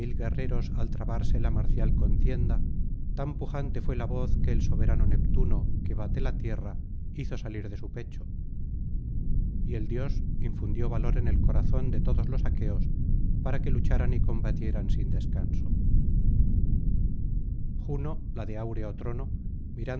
guerreros al trabarse la marcial contienda tan pujante fué la voz que el soberano neptuno que bate la tierra hizo salir de su pecho y el dios infundió valor en el corazón de todos los aqueos para que lucharan y combatieran sin descanso juno la de áureo trono